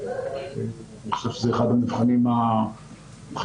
אני חושב שזה אחד המבחנים החשובים,